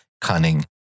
cunning